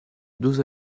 douze